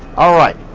alright,